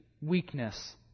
weakness